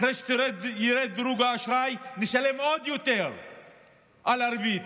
אחרי שירד דירוג האשראי נשלם עוד יותר על הריבית.